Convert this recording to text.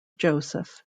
joseph